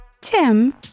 Tim